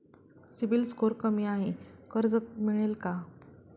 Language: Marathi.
सिबिल स्कोअर कमी आहे कर्ज मिळेल का?